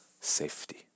safety